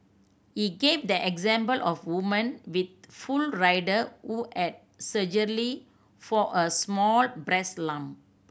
he gave the example of woman with full rider who had surgery for a small breast lump